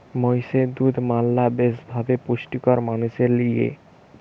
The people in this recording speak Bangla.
মহিষের দুধ ম্যালা বেশি ভাবে পুষ্টিকর মানুষের লিগে